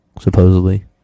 supposedly